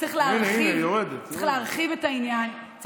צריך להרחיב את העניין.